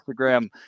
Instagram